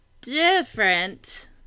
different